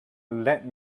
let